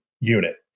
unit